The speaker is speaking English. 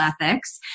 ethics